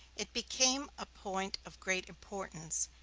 it became a point of great importance,